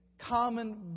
common